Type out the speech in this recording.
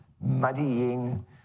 muddying